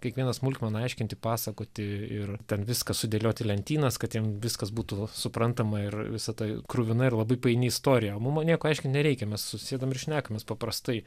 kiekvieną smulkmeną aiškinti pasakoti ir ten viską sudėliot į lentynas kad jiem viskas būtų suprantama ir visa ta kruvina ir labai paini istorija mum nieko aiškint nereikia mes susėdam ir šnekamės paprastai